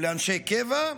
לאנשי קבע,